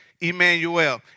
Emmanuel